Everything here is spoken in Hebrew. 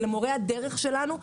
זה מורי הדרך שלנו.